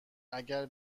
اگه